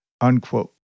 unquote